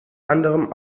anderem